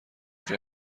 جای